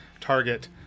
target